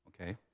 okay